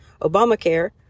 obamacare